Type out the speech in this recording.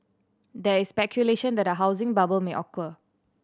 there is speculation that a housing bubble may occur